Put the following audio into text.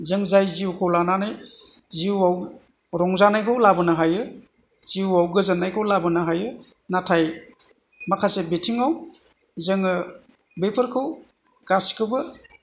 जों जाय जिउखौ लानानै जिउआव रंजानायखौ लाबोनो हायो जिउआव गोजोननायखौ लाबोनो हायो नाथाय माखासे बिथिङाव जोङो बेफोरखौ गासिखौबो